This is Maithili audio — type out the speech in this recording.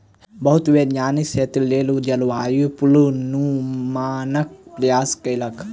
बहुत वैज्ञानिक क्षेत्रक लेल जलवायु पूर्वानुमानक प्रयास कयलक